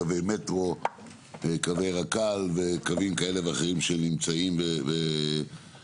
קווי מטרו קווי רק"ל וקווים כאלה ואחרים שנמצאים ועובדים.